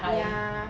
ya